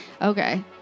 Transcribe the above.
Okay